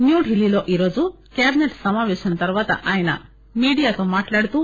new ఢిల్లీలో ఈరోజు cabinet క సమాపేశం తరువాత ఆయన మీడియాతో మాట్టాడుతూ